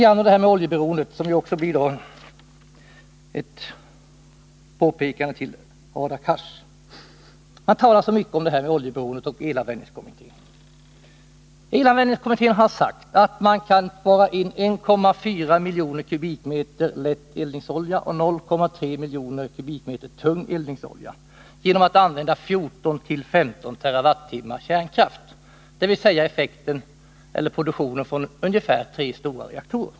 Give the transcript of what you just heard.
Sedan några ord om oljeberoendet, och det blir då också ett påpekande till Hadar Cars. Han talar så mycket om oljeberoendet. Elanvändningskommittén har kommit fram till att man kan spara in 1,4 miljoner kubikmeter lätt eldningsolja och 0,3 miljoner kubikmeter tung eldningsolja genom att använda 14-15 TWh kärnkraft, dvs. motsvarande produktionen från tre stora reaktorer.